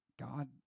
God